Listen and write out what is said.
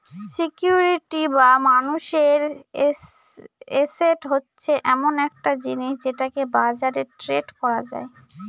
security বা মানুষের asset হচ্ছে এমন একটা জিনিস যেটাকে বাজারে ট্রেড করা যায়